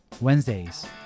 Wednesdays